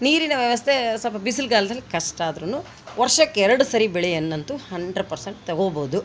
ನೀರಿನ ವ್ಯವಸ್ಥೆ ಸ್ವಲ್ಪ ಬಿಸಿಲುಗಾಲದಲ್ಲಿ ಕಷ್ಟ ಆದ್ರೂ ವರ್ಷಕ್ಕೆ ಎರಡು ಸರಿ ಬೆಳೆಯನ್ನಂತೂ ಹಂಡ್ರೆ ಪರ್ಸೆಂಟ್ ತೊಗೋಬೋದು